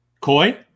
Koi